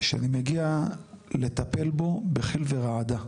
שאני מגיע לטפל בו בחיל ורעדה.